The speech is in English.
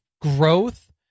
growth